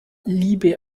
liebe